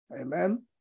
Amen